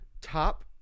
top